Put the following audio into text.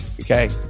okay